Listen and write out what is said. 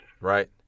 Right